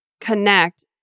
connect